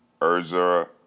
Urza